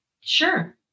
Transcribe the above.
Sure